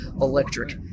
electric